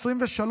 23,